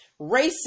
racist